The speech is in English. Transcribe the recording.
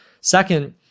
Second